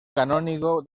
canónigo